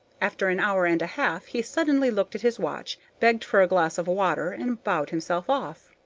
after an hour and a half he suddenly looked at his watch, begged for a glass of water, and bowed himself off.